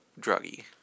druggie